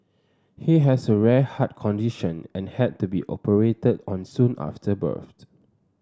he has a rare heart condition and had to be operated on soon after birth